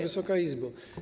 Wysoka Izbo!